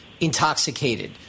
intoxicated